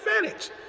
advantage